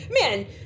man